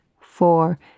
four